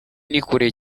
nikure